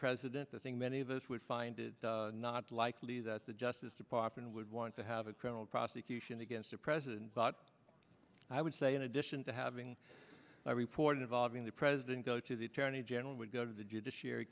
president the thing many of us would find it not likely that the justice department would want to have a criminal prosecution against a president but i would say in addition to having my report involving the president go to the attorney general would go to the